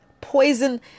poison